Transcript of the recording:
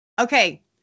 Okay